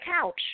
couch